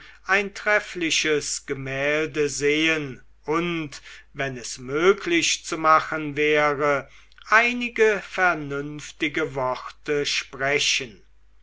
ein treffliches gemälde sehen und wenn es möglich zu machen wäre einige vernünftige worte sprechen